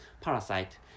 Parasite